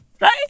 right